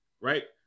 right